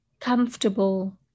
comfortable